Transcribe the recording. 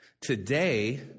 Today